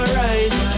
rise